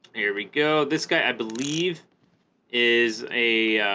there we go this guy i believe is a